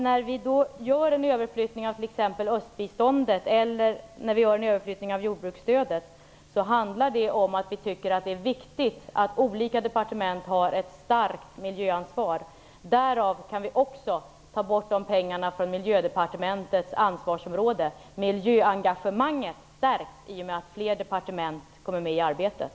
När vi gör en överflyttning av t.ex. östbiståndet eller jordbruksstödet, handlar det om att vi tycker att det är viktigt att olika departement har ett starkt miljöansvar. Därigenom kan vi också ta bort de pengarna från Miljödepartementets ansvarsområde. Miljöengagemanget stärks genom att flera departement kommer med i arbetet.